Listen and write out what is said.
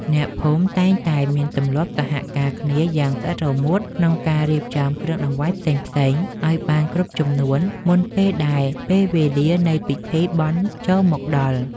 អ្នកភូមិតែងតែមានទម្លាប់សហការគ្នាយ៉ាងស្អិតរមួតក្នុងការរៀបចំគ្រឿងដង្វាយផ្សេងៗឱ្យបានគ្រប់ចំនួនមុនពេលដែលពេលវេលានៃពិធីបុណ្យចូលមកដល់។